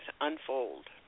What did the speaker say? unfold